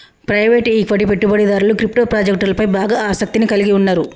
private equity పెట్టుబడిదారులు crypto ప్రాజెక్టులపై బాగా ఆసక్తిని కలిగి ఉన్నరు